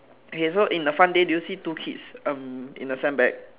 okay so in the front there did you see two kids um in the sandbag